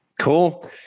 Cool